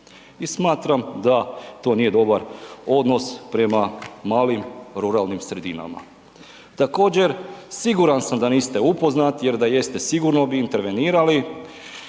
smatram da to nije dobar odnos prema malim ruralnim sredinama. Također, siguran sam da niste upoznati jer da jeste sigurno bi intervenirali